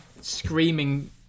screaming